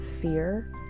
fear